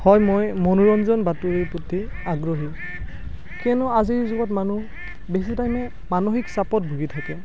হয় মই মনোৰঞ্জন বাতৰিৰ প্ৰতি আগ্ৰহী কিয়নো আজিৰ যুগত মানুহ বেছি টাইমে মানসিক চাপত ভূগি থাকে